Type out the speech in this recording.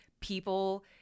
people